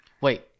Wait